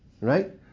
right